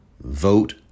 Vote